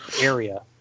area